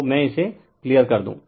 तो मैं इसे क्लियर कर दूं